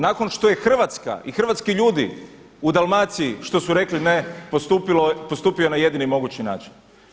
Nakon što je Hrvatska i hrvatski ljudi u Dalmaciji što su rekli ne, postupio na jedini mogući način.